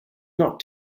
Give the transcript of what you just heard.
not